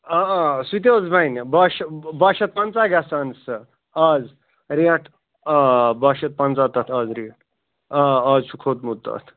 آ آ سُہ تہِ حظ بَنہِ باہ شَتھ باہ شَتھ پنٛژاہ گَژھان سُہ اَز ریٹ آ باہ شتھ پَنژاہ تَتھ اَز ریٹ آ اَز چھُ کھوٚتمُت تَتھ